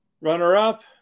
Runner-up